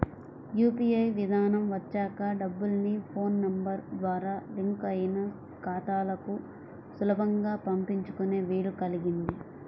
UPI విధానం వచ్చాక డబ్బుల్ని ఫోన్ నెంబర్ ద్వారా లింక్ అయిన ఖాతాలకు సులభంగా పంపించుకునే వీలు కల్గింది